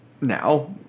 now